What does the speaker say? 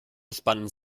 entspannen